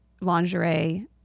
lingerie